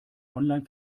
online